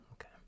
okay